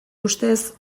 ustez